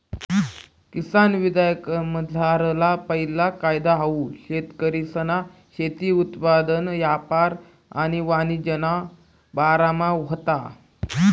किसान विधेयकमझारला पैला कायदा हाऊ शेतकरीसना शेती उत्पादन यापार आणि वाणिज्यना बारामा व्हता